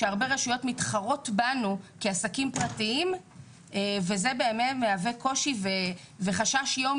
הרבה רשויות מתחרות בנו כעסקים פרטיים וזה מהווה קושי וחשש יום